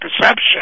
perception